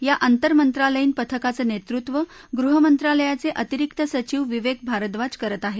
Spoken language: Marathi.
या अंतर मंत्रालयीन पथकाचं नेतृत्व गृह मंत्रालयाचे अतिरिक्त सचीव विवेक भारद्वाज करत आहेत